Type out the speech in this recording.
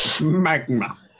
Magma